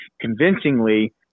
convincingly